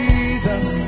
Jesus